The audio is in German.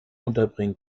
unterbringen